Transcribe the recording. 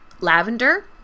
lavender